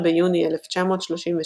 ב-16 ביוני 1936